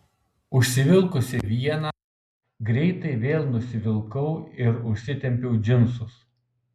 užsivilkusi vieną greitai vėl nusivilkau ir užsitempiau džinsus